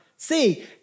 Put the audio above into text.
See